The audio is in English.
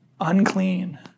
unclean